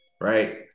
right